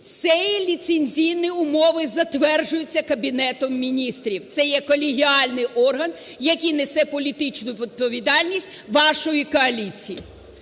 ці ліцензійні умови затверджуються Кабінетом Міністрів, це є колегіальний орган, який несе політичну відповідальність вашої коаліції.